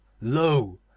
Lo